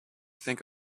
think